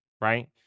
right